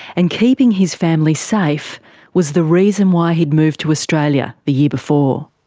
and keeping his family safe was the reason why he'd moved to australia the year before.